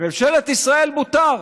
לממשלת ישראל מותר,